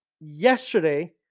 Yesterday